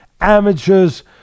amateurs